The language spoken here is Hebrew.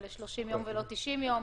ול-30 יום ולא 90 יום,